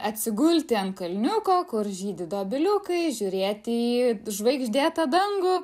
atsigulti ant kalniuko kur žydi dobiliukai žiūrėti į žvaigždėtą dangų